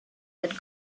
that